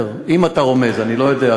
אני אומר, אם אתה רומז, אני לא יודע.